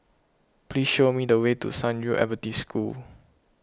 please show me the way to San Yu Adventist School